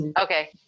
Okay